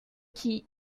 qui